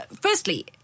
firstly